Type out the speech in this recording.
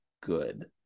good